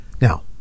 Now